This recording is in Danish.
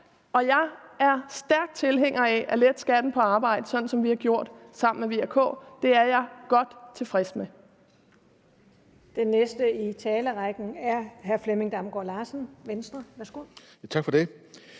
Og jeg er en stærk tilhænger af at lette skatten på arbejde, sådan som vi har gjort det sammen med V og K. Det er jeg godt tilfreds med.